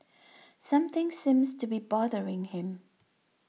something seems to be bothering him